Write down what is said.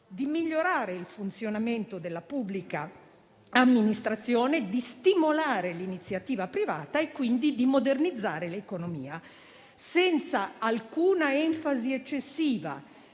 di migliorare il funzionamento della pubblica amministrazione, di stimolare l'iniziativa privata e quindi di modernizzare l'economia. Senza alcuna enfasi eccessiva,